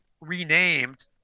renamed